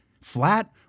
flat